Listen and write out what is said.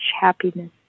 happiness